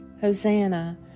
Hosanna